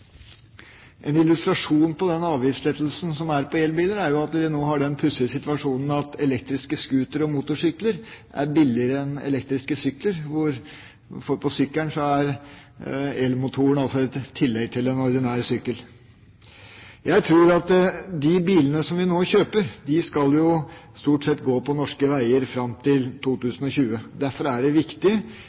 En illustrasjon på avgiftslettelse er at vi nå har den pussige situasjonen at elektriske scootere og motorsykler er billigere enn elektriske sykler, for på sykkelen er elmotoren et tillegg til den ordinære sykkelen. De bilene vi nå kjøper, skal stort sett gå på norske veier fram til 2020. Derfor er det viktig,